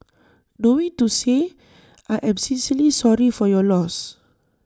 knowing to say I am sincerely sorry for your loss